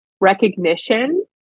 recognition